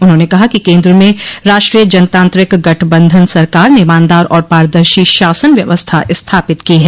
उन्होंने कहा कि केन्द्र में राष्ट्रीय जनतांत्रिक गठबंधन सरकार ने ईमानदार और पारदर्शी शासन व्यवस्था स्थापित की है